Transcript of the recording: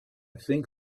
think